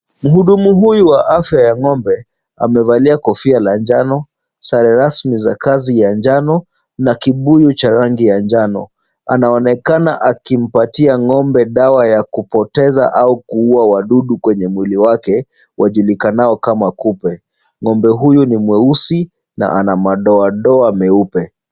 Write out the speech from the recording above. Mhudumu huyu wa afya ya ng'ombe amevalia kofia la njano, sare rasmi za kazi ya njano kibuyu cha rangi ya njano. Anaonekana akimpatia ng'ombe dawa ya kupoteza au kuua wadudu kwenye mwili wake wajulikanao kama wakupe. Ng'ombe huyu ni mweusi na ana madoadoa meupe.